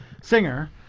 singer